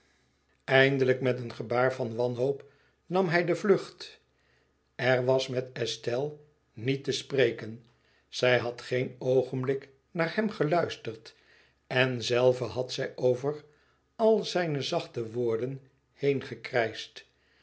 eindelijk met een gebaar van wanhoop nam hij de vlucht er was met estelle niet te spreken zij had geen oogenblik naar hem geluisterd en zelve had zij over al zijne zachte